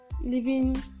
living